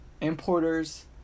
importers